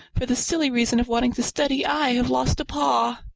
for the silly reason of wanting to study, i have lost a paw.